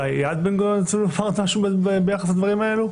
אולי יד בן-גוריון ירצו לפרט משהו ביחס לדברים האלה?